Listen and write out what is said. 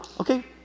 okay